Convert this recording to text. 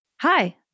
Hi